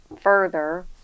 further